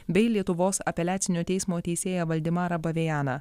bei lietuvos apeliacinio teismo teisėją valdemarą pavianą